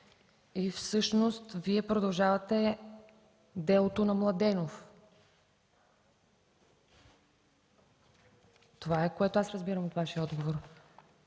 Всъщност Вие продължавате делото на Младенов. Това е, което аз разбирам от Вашия отговор.